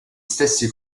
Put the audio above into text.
stessi